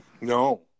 No